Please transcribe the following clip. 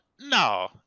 no